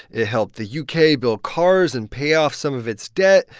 it helped the u k. build cars and pay off some of its debt.